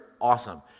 Awesome